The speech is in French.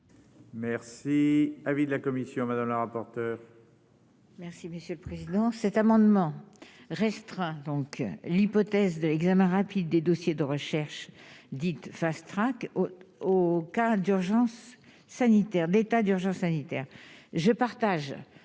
Merci, avis de la commission madame la rapporteure.